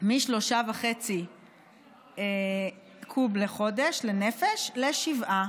מ-3.5 קוב לחודש לנפש לשבעה.